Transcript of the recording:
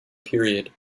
period